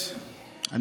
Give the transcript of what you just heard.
היא